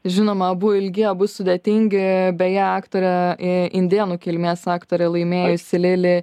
žinoma abu ilgi abu sudėtingi beje aktorę į indėnų kilmės aktorė laimėjusi lili